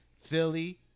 philly